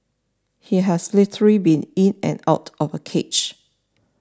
he has literally been in and out of a cage